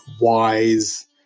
Wise